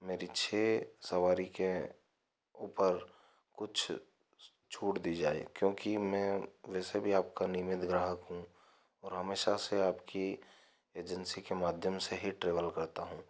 मेरी छः सवारी के ऊपर कुछ छूट दी जाए क्योंकि मैं वैसे भी आपका नियमित ग्राहक हूँ और हमेशा से ही आपकी एजेंसी के माध्यम से ही ट्रेवल करता हूँ